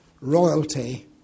royalty